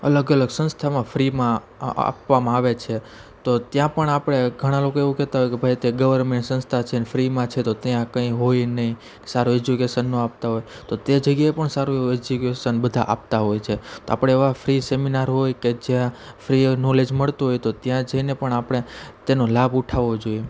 અલગ અલગ સંસ્થામાં ફ્રીમાં આ આપવામાં આવે છે તો ત્યાં પણ આપણે ઘણાં લોકો એવું કહેતાં હોય કે ભાઈ અત્યારે ગવર્મેન્ટ સંસ્થા છે ને ફ્રીમાં છે તો ત્યાં કંઇ હોય નહીં સારું એજ્યુકેસન ન આપતાં હોય તો તે જગ્યાએ પણ સારું એવું એજ્યુકેસન બધાં આપતાં હોચ છે તો આપણે એવા ફ્રી સેમિનાર હોય કે જ્યાં ફ્રી નોલેજ મળતું હોય તો ત્યાં જઈ ને પણ આપણે તેનો લાભ ઉઠાવવો જોઈએ